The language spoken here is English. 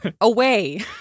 away